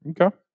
okay